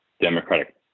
democratic